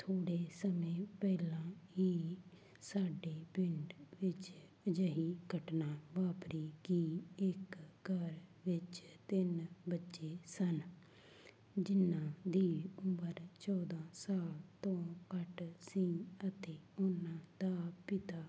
ਥੋੜ੍ਹੇ ਸਮੇਂ ਪਹਿਲਾਂ ਹੀ ਸਾਡੇ ਪਿੰਡ ਵਿੱਚ ਅਜਿਹੀ ਘਟਨਾ ਵਾਪਰੀ ਕਿ ਇੱਕ ਘਰ ਵਿੱਚ ਤਿੰਨ ਬੱਚੇ ਸਨ ਜਿਹਨਾਂ ਦੀ ਉਮਰ ਚੌਦ੍ਹਾਂ ਸਾਲ ਤੋਂ ਘੱਟ ਸੀ ਅਤੇ ਉਹਨਾਂ ਦਾ ਪਿਤਾ